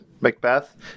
Macbeth